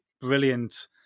brilliant